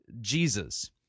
Jesus